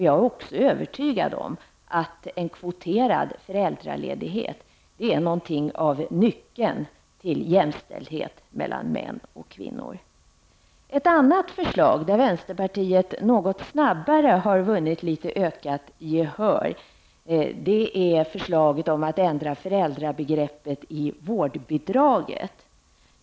Jag är också övertygad om att en kvoterad föräldraledighet är något av nyckeln till jämställdhet mellan män och kvinnor. Ett annat förslag, som vänsterpartiet något snabbare har vunnit ökat gehör för, är förslaget om att ändra föräldrabegreppet i vårdbidraget.